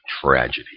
Tragedy